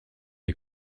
les